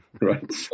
Right